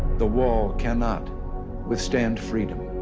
the wall cannot withstand freedom.